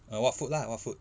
uh what food lah what food